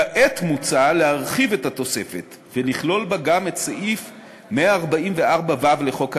כעת מוצע להרחיב את התוספת ולכלול בה גם את סעיף 144ו לחוק העונשין,